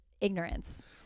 ignorance